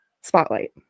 spotlight